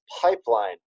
pipeline